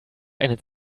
eine